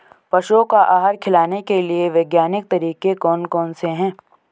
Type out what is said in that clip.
पशुओं को आहार खिलाने के लिए वैज्ञानिक तरीके कौन कौन से हैं?